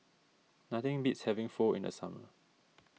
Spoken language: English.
nothing beats having Pho in the summer